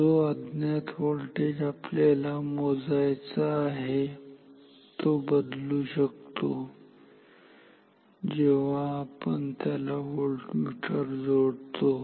जो अज्ञात व्होल्टेज आपल्याला मोजायचा आहे तो बदलू शकतो जेव्हा त्याला आपण व्होल्टमीटर जोडतो